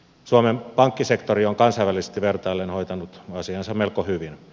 suomen pankkisektori on kansainvälisesti vertaillen hoitanut asiansa melko hyvin